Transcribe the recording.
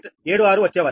76 వచ్చేవరకు